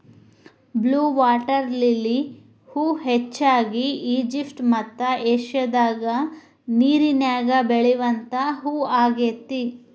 blue water lily ಹೂ ಹೆಚ್ಚಾಗಿ Egypt ಮತ್ತ ಏಷ್ಯಾದಾಗ ನೇರಿನ್ಯಾಗ ಬೆಳಿವಂತ ಹೂ ಆಗೇತಿ